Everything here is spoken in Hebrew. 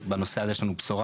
בנושא הזה יש לנו בשורה,